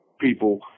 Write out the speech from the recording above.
people